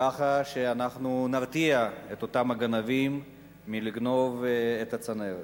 כך שאנחנו נרתיע את אותם הגנבים מלגנוב את הצנרת.